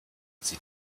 sie